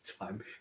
time